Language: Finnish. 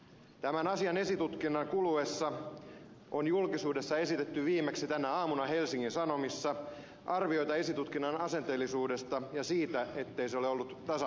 tämän asian esitutkinnan kuluessa on julkisuudessa esitetty viimeksi tänä aamuna helsingin sanomissa arvioita esitutkinnan asenteellisuudesta ja siitä ettei se ole ollut tasapuolista